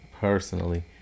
personally